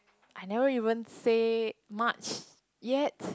I never even say much yet